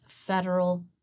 federal